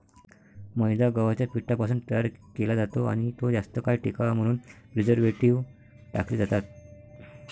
मैदा गव्हाच्या पिठापासून तयार केला जातो आणि तो जास्त काळ टिकावा म्हणून प्रिझर्व्हेटिव्ह टाकले जातात